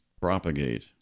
propagate